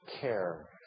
care